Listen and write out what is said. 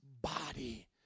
body